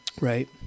right